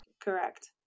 Correct